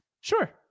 Sure